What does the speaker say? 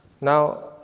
Now